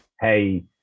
Hey